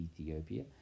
Ethiopia